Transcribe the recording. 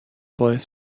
باعث